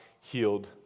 healed